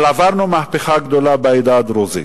עברנו מהפכה גדולה בעדה הדרוזית.